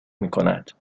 میکند